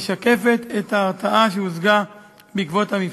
משקפת את ההרתעה שהושגה בעקבות המבצע.